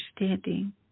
understanding